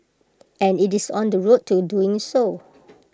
and IT is on the road to doing so